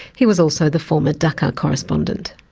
he was also the former dakha correspondent.